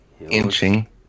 Inching